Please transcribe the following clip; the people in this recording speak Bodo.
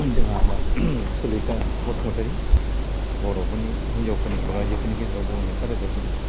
जोंहा दा सुलेखा बसुमतारी बर'फोरनि हिन्जावफोरनि आइजोफोरनि गेजेराव मुंदांखा रोजाबगिरि